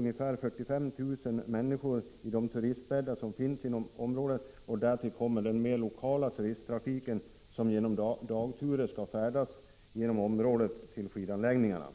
med ungefär 45 000 människor på de turistorter som finns inom området. Därtill kommer den lokala turisttrafiken med dem som för dagsturer skall färdas till skidanläggningarna.